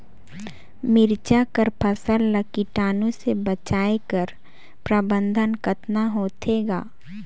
मिरचा कर फसल ला कीटाणु से बचाय कर प्रबंधन कतना होथे ग?